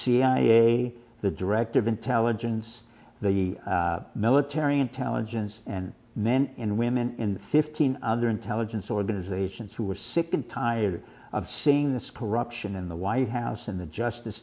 cia the director of intelligence the military intelligence and men and women in fifteen other intelligence organizations who were sick and tired of seeing the score option in the white house and the justice